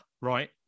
right